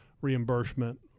reimbursement